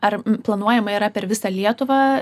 ar planuojama yra per visą lietuvą